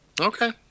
Okay